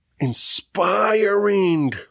inspiring